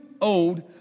old